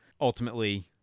ultimately